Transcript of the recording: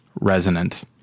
resonant